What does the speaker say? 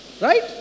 Right